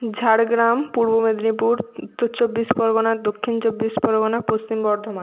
Jhargram Purba Medinipur Uttar Chabbish Pargana Dakshin Chabbish Pargana Paschim Bardhaman